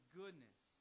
goodness